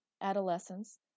Adolescence